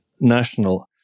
national